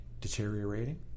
deteriorating